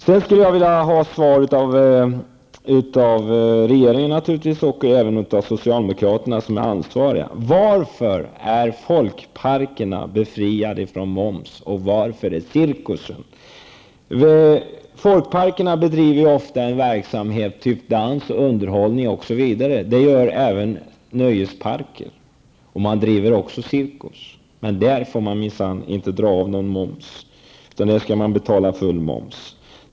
Jag skulle vilja ha svar från regeringen, och naturligtvis även från socialdemokraterna som är ansvariga, på varför folkparker och cirkusar är befriade från moms. Folkparkerna bedriver ju ofta verksamhet med dans, underhållning, osv. Och det gör även nöjesparkerna. Nöjesparkerna har även cirkus. Men nöjesparkerna får minsann inte dra av någon moms, utan de skall betala full moms.